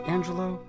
Angelo